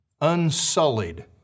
unsullied